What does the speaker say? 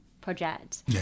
project